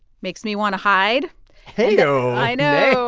makes me want to hide heyo i know